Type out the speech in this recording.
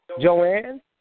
Joanne